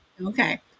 Okay